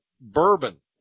bourbon